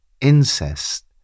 incest